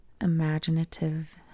imaginative